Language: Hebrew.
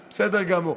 אחרי התפילה, בסדר גמור.